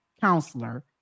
counselor